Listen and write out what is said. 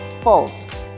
False